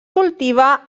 cultiva